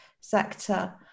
sector